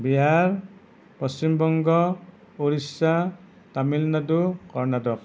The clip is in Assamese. বিহাৰ পশ্চিমবংগ ঊৰিষ্য়া তামিলনাডু কৰ্ণাটক